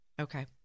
Okay